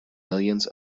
millions